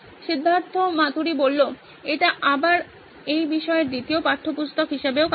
সিদ্ধার্থ মাতুরি এটা আবার এই বিষয়ের দ্বিতীয় পাঠ্যপুস্তক হিসেবে কাজ করবে